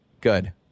Good